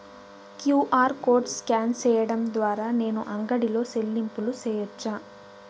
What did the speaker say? QR code scan సేయడం ద్వారా నేను అంగడి లో చెల్లింపులు సేయొచ్చా?